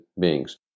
beings